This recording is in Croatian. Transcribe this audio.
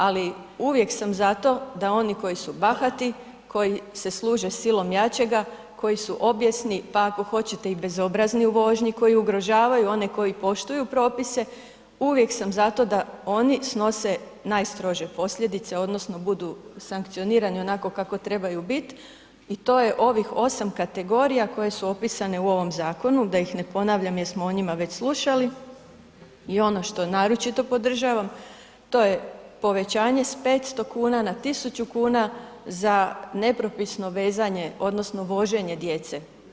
Ali uvijek sam za to da oni koji su bahati, koji se služe silom jačega, koji su obijesni, pa ako hoćete i bezobrazni u vožnji, koji ugrožavaju one koji poštuju propise, uvijek sam za to da oni snose najstrože posljedice odnosno budu sankcioniraju onako kako trebaju biti i to je ovih 8 kategorija koje su opisane u ovom zakonu, da ih ne ponavljam jer smo o njima već slušali i ono što naročito podržavam, to je povećanje s 500 kn na 1000 kn za nepropisno vezane, odnosno voženje djece.